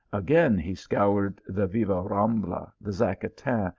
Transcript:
again he scoured the vivarambla, the zacarin,